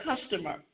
customer